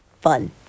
fun